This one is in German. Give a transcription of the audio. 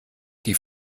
die